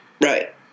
Right